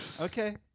Okay